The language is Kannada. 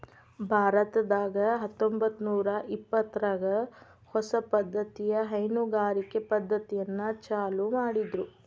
ಭಾರತದಾಗ ಹತ್ತಂಬತ್ತನೂರಾ ಇಪ್ಪತ್ತರಾಗ ಹೊಸ ಪದ್ದತಿಯ ಹೈನುಗಾರಿಕೆ ಪದ್ದತಿಯನ್ನ ಚಾಲೂ ಮಾಡಿದ್ರು